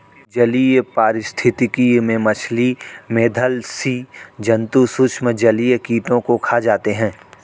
जलीय पारिस्थितिकी में मछली, मेधल स्सि जन्तु सूक्ष्म जलीय कीटों को खा जाते हैं